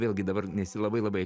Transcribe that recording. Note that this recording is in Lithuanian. vėlgi dabar nesi labai labai